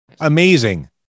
Amazing